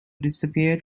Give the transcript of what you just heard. disappeared